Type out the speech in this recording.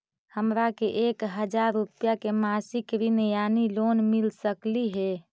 हमरा के एक हजार रुपया के मासिक ऋण यानी लोन मिल सकली हे?